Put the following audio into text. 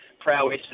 Prowess